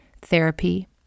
Therapy